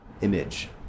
image